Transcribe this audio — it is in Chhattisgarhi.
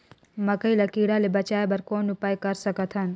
मकई ल कीड़ा ले बचाय बर कौन उपाय कर सकत हन?